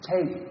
Take